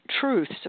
truths